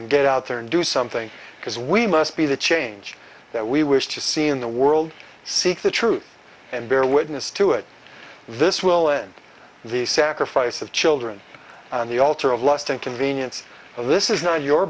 and get out there and do something because we must be the change that we wish to see in the world seek the truth and bear witness to it this will end the sacrifice of children on the altar of lust and convenience this is not your